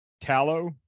tallow